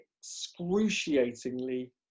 excruciatingly